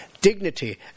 dignity